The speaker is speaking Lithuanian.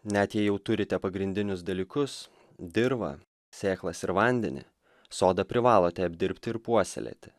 net jei jau turite pagrindinius dalykus dirvą sėklas ir vandenį sodą privalote apdirbti ir puoselėti